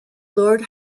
lord